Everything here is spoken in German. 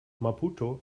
maputo